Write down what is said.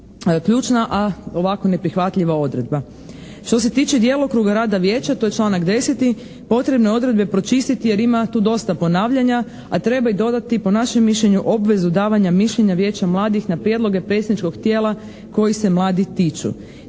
a ovako neprihvatljiva odredba. Što se tiče djelokruga rada Vijeća, to je članak 10., potrebno je odredbe pročistiti jer ima tu dosta ponavljanja, a treba i dodati po našem mišljenju obvezu davanja mišljenja Vijeća mladih na prijedloge predsjedničkog tijela koji se mladih tiču.